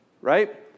right